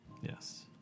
Yes